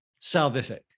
salvific